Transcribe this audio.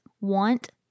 want